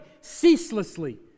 ceaselessly